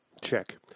check